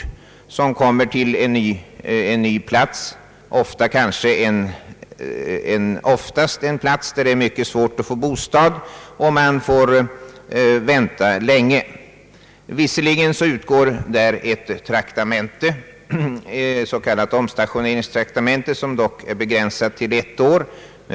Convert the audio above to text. De som kommer till en ny plats finner oftast att det blir svårt att få bostad och att de får vänta länge. Visserligen utgår ett s.k. omstationeringstraktamente, vilket dock är begränsat till ett år.